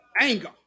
anger